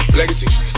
legacies